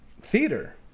theater